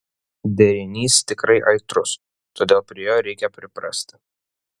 derinys tikrai aitrus todėl prie jo reikia priprasti